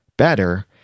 Better